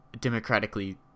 democratically